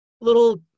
little